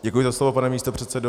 Děkuji za slovo, pane místopředsedo.